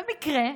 במקרה,